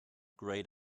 grayed